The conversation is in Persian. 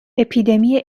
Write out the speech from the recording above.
اپیدمی